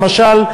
למשל,